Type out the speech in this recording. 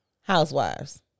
housewives